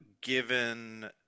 given